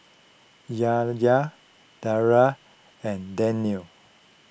Yahya Dara and Daniel